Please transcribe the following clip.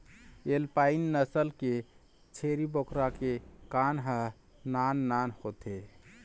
alpine नसल के छेरी बोकरा के कान ह नान नान होथे